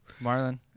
Marlon